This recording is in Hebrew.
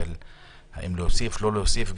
של האם להוסיף או לא להוסיף,